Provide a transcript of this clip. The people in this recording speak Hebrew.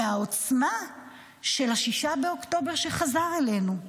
מהעוצמה של 6 באוקטובר שחזר אלינו.